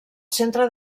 centre